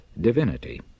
divinity